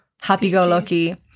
happy-go-lucky